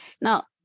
Now